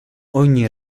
ogni